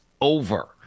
over